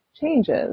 changes